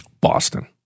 Boston